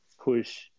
push